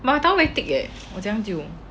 my towel very thick eh 我怎样丢